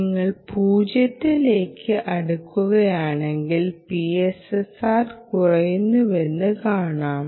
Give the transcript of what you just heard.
നിങ്ങൾ 0 ലേക്ക് അടുക്കുന്നതിനാൽ PSRR കുറയുന്നുവെന്ന് കാണാം